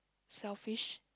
selfish